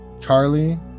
Charlie